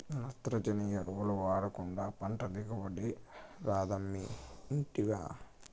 నత్రజని ఎరువులు వాడకుండా పంట దిగుబడి రాదమ్మీ ఇంటివా